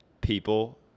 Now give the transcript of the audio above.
people